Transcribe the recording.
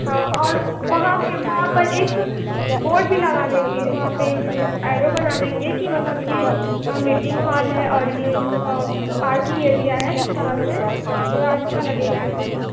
ہاں اور وہاں کے وہاں پر ایک بورڈ بھی لگا دیں گے وہاں پہ ایک ایرر بنا دیں گے کہ مطلب یہ میٹنگ ہال ہے اور یہ پارکنگ ایریا ہے اِس طرح سے تو اچھا لگے گا ایسے بھی